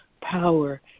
power